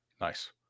Nice